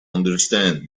understand